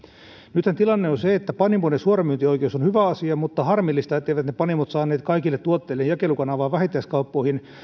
nythän tilanne on se että panimoiden suoramyyntioikeus on hyvä asia mutta harmillista etteivät ne panimot saaneet kaikille tuotteilleen jakelukanavaa vähittäiskauppoihin